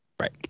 right